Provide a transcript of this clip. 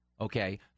okay